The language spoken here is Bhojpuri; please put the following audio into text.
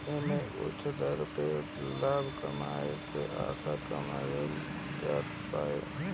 एमे उच्च दर पे लाभ कमाए के आशा कईल जात बाटे